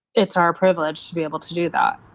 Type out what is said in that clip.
it's our privilege to be able to do that.